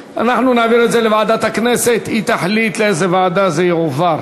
(פטורין) (קרן לחלוקת כספים בעד נכסים של גופים ממשלתיים),